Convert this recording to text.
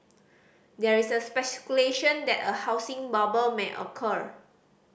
there is a speculation that a housing bubble may occur